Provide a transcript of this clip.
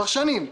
כבר שנים.